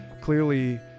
clearly